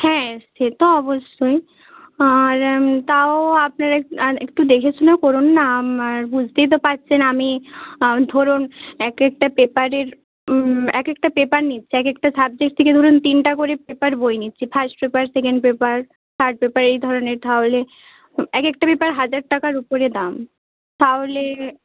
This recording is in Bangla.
হ্যাঁ সে তো অবশ্যই আর তাও আপনারা আর একটু দেখেশুনে করুন না আমার বুঝতেই তো পারছেন আমি ধরুন এক একটা পেপারের এক একটা পেপার নিচ্ছি এক একটা সাবজেক্ট থেকে ধরুন তিনটা করে পেপার বই নিচ্ছি first paper second paper third paper এই ধরনের তাহলে এক একটা পেপার হাজার টাকার উপরে দাম তাহলে